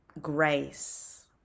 grace